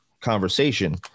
conversation